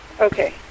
Okay